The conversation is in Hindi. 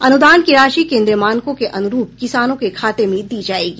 अनुदान की राशि केंद्रीय मानकों के अनुरूप किसानों के खाते में दी जायेगी